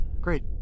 Great